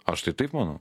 aš tai taip manau